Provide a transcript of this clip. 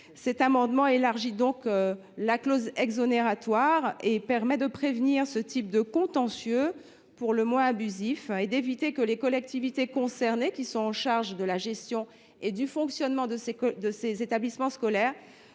Cet amendement tend donc à élargir la clause exonératoire, ce qui permettra de prévenir ce type de contentieux pour le moins abusif et d’éviter que les collectivités qui sont chargées de la gestion et du fonctionnement de ces établissements scolaires